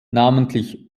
namentlich